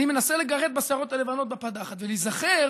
אני מנסה לגרד בשערות הלבנות בפדחת ולהיזכר